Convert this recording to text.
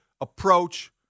approach